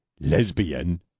lesbian